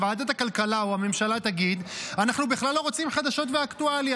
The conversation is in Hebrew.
שוועדת הכלכלה או הממשלה תגיד: אנחנו בכלל לא רוצים חדשות ואקטואליה,